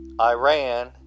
Iran